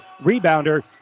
rebounder